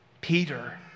Peter